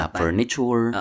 furniture